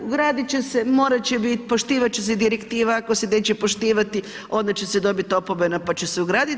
Ugradit će se, morat će bit, poštivat će se direktiva, ako se neće poštivati onda će se dobit opomena, pa će se ugradit.